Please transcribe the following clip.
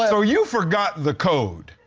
so, you forgot the code?